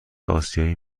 آسیایی